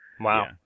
Wow